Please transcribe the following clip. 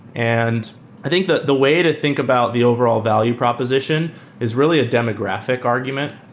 and i think that the way to think about the overall value proposition is really a demographic argument,